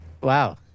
Wow